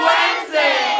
Wednesday